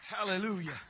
Hallelujah